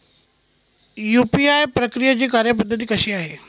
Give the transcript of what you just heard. UPI प्रक्रियेची कार्यपद्धती कशी आहे?